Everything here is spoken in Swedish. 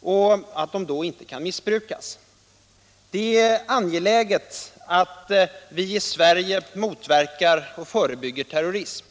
och då inte kan missbrukas. Det är angeläget att vi i Sverige motverkar och förebygger terrorism.